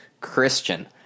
Christian